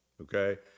Okay